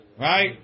Right